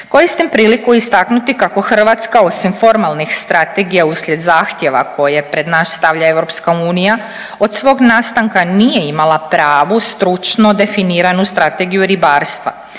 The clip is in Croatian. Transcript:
Koristim priliku istaknuti kako Hrvatska osim formalnih strategija uslijed zahtjeva koje pred nas stavlja EU od svog nastanka nije imala pravu, stručno definiranju strategiju ribarstva.